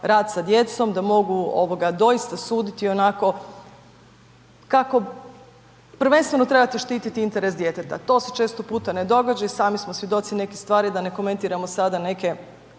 rad sa djecom da mogu doista suditi onako kako, prvenstveno trebate štititi interes djeteta. To se često puta ne događa, i sami smo svjedoci nekih stvari, da ne komentiramo sada neke